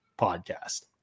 Podcast